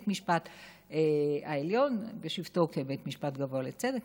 המשפט העליון בשבתו כבית משפט גבוה לצדק,